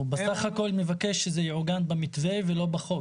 הוא בסך-הכול מבקש שזה יעוקן במתווה ולא בחוק.